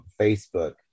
Facebook